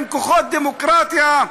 עם כוחות דמוקרטיה,